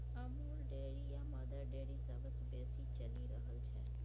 Amul dairy आ Mother Dairy सबसँ बेसी चलि रहल छै